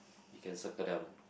you can circle that one